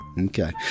Okay